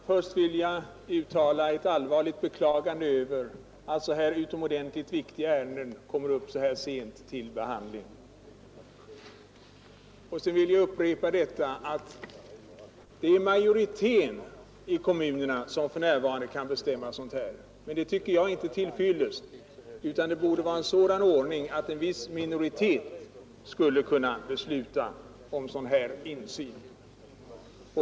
Herr talman! Först vill jag allvarligt beklaga att så här utomordentligt viktiga ärenden kommer upp så sent till behandling. Sedan vill jag upprepa att det är majoriteten i kommunerna som för närvarande kan bestämma om insyn skall kunna förekomma eller ej. Men det är inte tillfredsställande; det borde vara en sådan ordning att en viss minoritet kunde besluta om insyn.